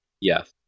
Yes